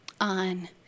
on